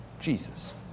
Jesus